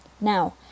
Now